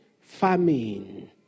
Famine